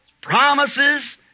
promises